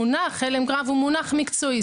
המונח הלם קרב הוא מונח מקצועי.